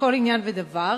לכל עניין ודבר,